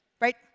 Right